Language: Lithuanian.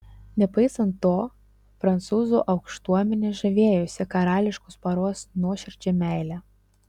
nepaisant to prancūzų aukštuomenė žavėjosi karališkos poros nuoširdžia meile